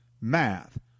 math